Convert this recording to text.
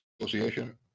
Association